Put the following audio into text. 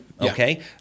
okay